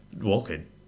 Walking